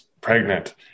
pregnant